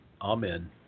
Amen